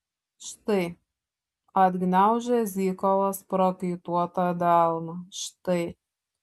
štai atgniaužia zykovas prakaituotą delną štai